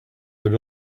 had